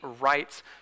rights